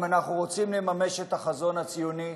אם אנחנו רוצים לממש את החזון הציוני,